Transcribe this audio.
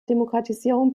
demokratisierung